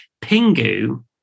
Pingu